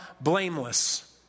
blameless